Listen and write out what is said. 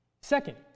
Second